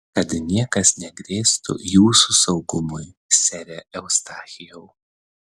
kad niekas negrėstų jūsų saugumui sere eustachijau